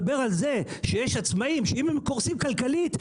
הוא מדבר על זה שיש עצמאים שאם הם קורסים כלכלית,